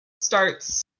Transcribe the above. starts